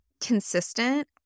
consistent